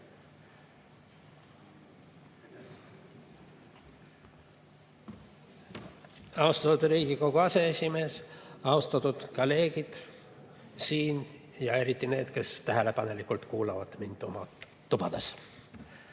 Austatud Riigikogu aseesimees! Austatud kolleegid siin ja eriti need, kes tähelepanelikult kuulavad mind oma tubades!